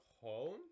home